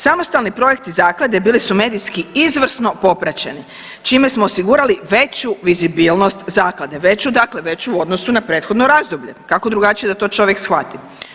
Samostalni projekti zaklade bili su medijski izvrsno popraćeni čime smo osigurali veću vizibilnost zakladu, veću dakle veću u odnosu na prethodno razdoblje kako drugačije da to čovjek shvati.